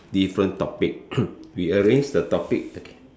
different topic we arrange the topic